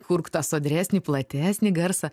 kurk tą sodresnį platesnį garsą